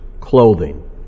clothing